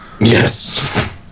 Yes